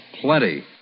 Plenty